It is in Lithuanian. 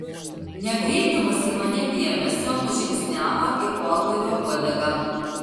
nekreipdamas į mane dėmesio nužingsniavo į orlaivio uodegą